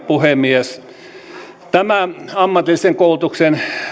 puhemies tämä ammatillisen koulutuksen